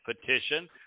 petition